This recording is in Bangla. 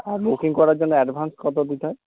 আর বুকিং করার জন্য অ্যাডভান্স কত দিতে হয়